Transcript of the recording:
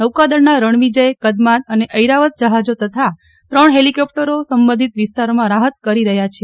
નૌકાદળના રણવિજય કદમાત અને ઐરાવત જહાજો તથા ત્રણ હેલીકોપ્ટરો સંબંધીત વિસ્તારમાં રાહત કાર્ય કરી રહ્યા છે